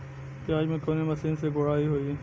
प्याज में कवने मशीन से गुड़ाई होई?